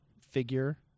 figure